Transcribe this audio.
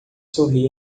sorri